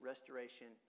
restoration